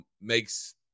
makes